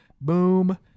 Boom